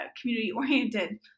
community-oriented